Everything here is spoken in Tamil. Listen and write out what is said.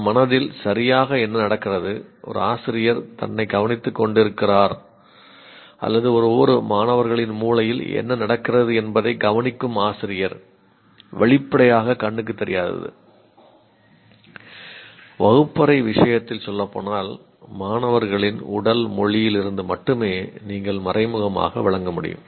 நம் மனதில் சரியாக என்ன நடக்கிறது ஒரு ஆசிரியர் தன்னை கவனித்துக் கொண்டிருக்கிறார் அல்லது ஒவ்வொரு மாணவர்களின் மூளையில் என்ன நடக்கிறது என்பதை கவனிக்கும் ஆசிரியர் வெளிப்படையாக கண்ணுக்குத் தெரியாதது வகுப்பு அறை விஷயத்தில் சொல்ல போனால் மாணவர்களின் உடல் மொழியிலிருந்து மட்டுமே நீங்கள் மறைமுகமாக விளக்க முடியும்